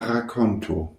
rakonto